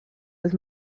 with